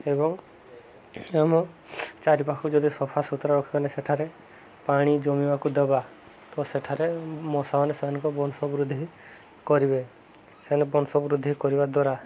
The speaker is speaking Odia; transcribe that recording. ଏବଂ ଆମ ଚାରିପାଖକୁ ଯଦି ସଫାସୁୁତୁରା ରଖିବେ ସେଠାରେ ପାଣି ଜମିବାକୁ ଦେବା ତ ସେଠାରେ ମଶାମାନେ ସେମାନଙ୍କ ବଂଶ ବୃଦ୍ଧି କରିବେ ସେମାନେ ବଂଶ ବୃଦ୍ଧି କରିବା ଦ୍ୱାରା